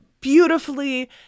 beautifully